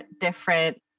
different